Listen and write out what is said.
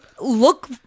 look